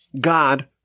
God